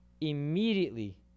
immediately